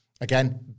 again